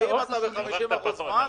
אין 50% מס